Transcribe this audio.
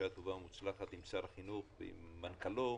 בשעה טובה ומוצלחת עם שר החינוך ועם מנכ"לו.